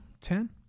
Ten